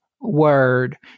word